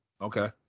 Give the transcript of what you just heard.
Okay